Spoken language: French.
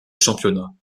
championnat